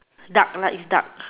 duck likes duck